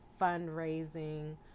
fundraising